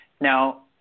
Now